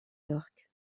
york